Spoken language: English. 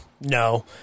no